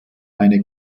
eine